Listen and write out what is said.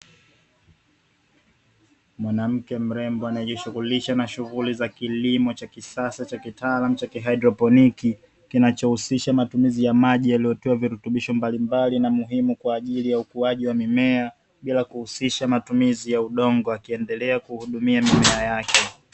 Mwanamke mrembo anayejishughulisha na shughuli ya kilimo cha kisasa cha kitaalamu cha kihaidroponiki, kinachohusisha matumizi ya maji yaliyotiwa virutubisho mbalimbali na muhimu kwa ajili ya ukuaji wa mimea, bila kuhusisha matumizi ya udongo akiendelea kuhudumia mimea yake.